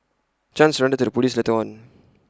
chan surrendered to the Police later on